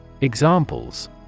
Examples